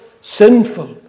sinful